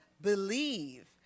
believe